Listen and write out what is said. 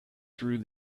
through